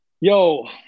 yo